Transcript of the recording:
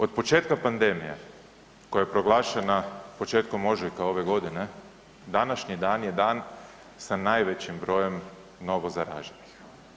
Od početka pandemije koja je proglašena početkom ožujka ove godine, današnji dan je dan sa najvećim brojem novo zaraženih.